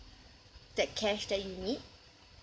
that cash that you need